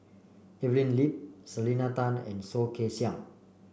Evelyn Lip Selena Tan and Soh Kay Siang